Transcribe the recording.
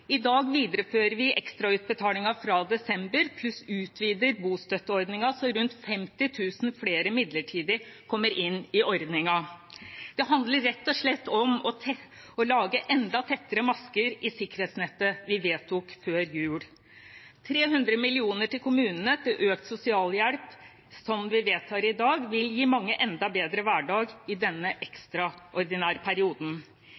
I dag viderefører vi ekstrautbetalingen fra desember, pluss utvider bostøtteordningen så rundt 50 000 flere midlertidig kommer inn i ordningen. Det handler rett og slett om å lage enda tettere masker i sikkerhetsnettet vi vedtok før jul. 300 mill. kr til kommunene til økt sosialhjelp, som vi vedtar i dag, vil gi mange en bedre hverdag i denne ekstraordinære perioden.